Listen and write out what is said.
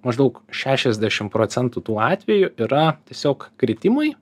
maždaug šešiasdešim procentų tų atvejų yra tiesiog kritimai